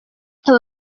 aba